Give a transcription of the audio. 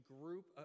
group